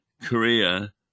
Korea